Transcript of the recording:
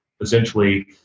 essentially